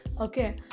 okay